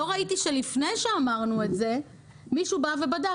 לא ראיתי שלפני שאמרנו את זה מישהו בא ובדק.